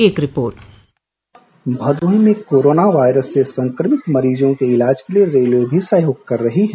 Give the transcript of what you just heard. एक रिपोर्ट भदोही में corona virus से संक्रमित मरीजों के इलाज के लिये रेलवे भी सहयोग कर रही है